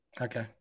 Okay